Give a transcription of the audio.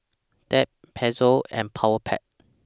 Tempt Pezzo and Powerpac